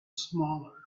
smaller